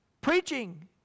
Preaching